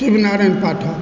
Shivnarayan Pathak